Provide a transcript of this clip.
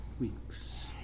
weeks